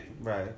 right